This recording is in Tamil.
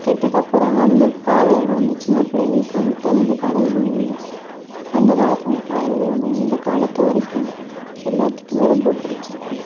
கெட்டுதான் போகிறாங்க அந்த பாடல் வந்து சின்னப் பிள்ளைங்களுக்கு வந்து தகுந்த பாடல்களும் இல்லை அந்தக் காலத்துலிருந்த பாடல்கள் வந்து இந்தக் காலத்து வரைக்கும் எல்லாத்துக்குமே ரொம்ப பிடிச்சிருக்கு